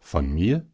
von mir